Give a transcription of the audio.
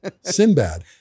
Sinbad